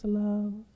love